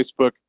Facebook